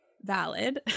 Valid